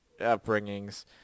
upbringings